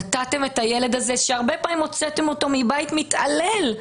נתתם את הילד הזה שהרבה פעמים הוצאתם אותו מבית מתעלל,